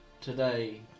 today